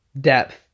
depth